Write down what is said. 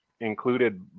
included